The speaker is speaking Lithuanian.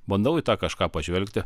bandau į tą kažką pažvelgti